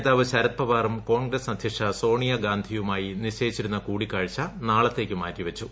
നേതാവ് ശരത്പവാറും കോൺഗ്രസ് അധ്യക്ഷ സോണിയ ഗാന്ധിയുമായി നിശ്ചയിച്ചിരുന്ന കൂടിക്കാഴ്ച നാളത്തേയ്ക്ക് മാറ്റിവച്ചു